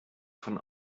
von